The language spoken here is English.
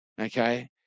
okay